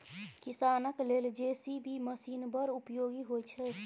किसानक लेल JCB machine बड़ उपयोगी होइ छै